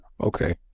Okay